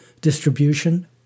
distribution